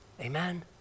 Amen